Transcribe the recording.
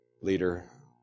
leader